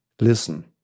listen